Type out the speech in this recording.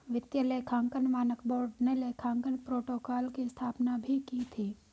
वित्तीय लेखांकन मानक बोर्ड ने लेखांकन प्रोटोकॉल की स्थापना भी की थी